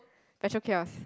petrol kiosk